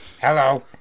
Hello